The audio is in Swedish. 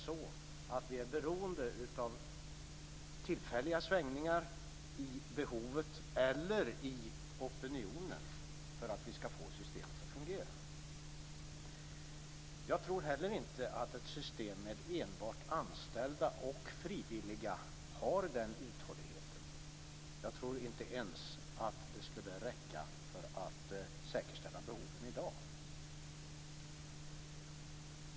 Vi kan inte vara beroende av tillfälliga svängningar i behovet eller i opinionen för att vi skall få systemet att fungera. Jag tror inte heller att ett system med enbart anställda och frivilliga har den uthålligheten. Jag tror inte ens att det skulle räcka för att säkerställa behoven i dag.